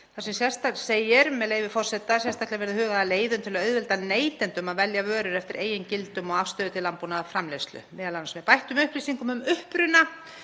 þar sem segir, með leyfi forseta: „Sérstaklega verði hugað að leiðum til að auðvelda neytendum að velja vörur eftir eigin gildum og afstöðu til landbúnaðarframleiðslu, m.a. með bættum upplýsingum um uppruna,